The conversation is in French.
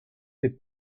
fait